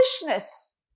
foolishness